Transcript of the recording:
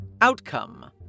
Outcome